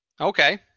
Okay